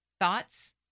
thoughts